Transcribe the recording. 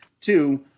two